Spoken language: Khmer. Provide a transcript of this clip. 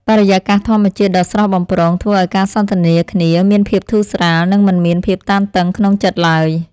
បរិយាកាសធម្មជាតិដ៏ស្រស់បំព្រងធ្វើឱ្យការសន្ទនាគ្នាមានភាពធូរស្រាល និងមិនមានភាពតានតឹងក្នុងចិត្តឡើយ។